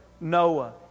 Noah